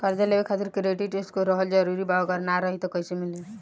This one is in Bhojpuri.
कर्जा लेवे खातिर क्रेडिट स्कोर रहल जरूरी बा अगर ना रही त कैसे मिली?